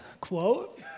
quote